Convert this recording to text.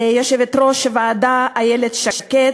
ליושבת-ראש הוועדה איילת שקד,